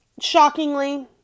Shockingly